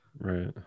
Right